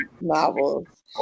novels